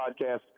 podcast